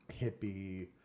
hippie